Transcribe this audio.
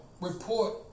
report